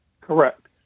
Correct